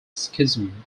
schism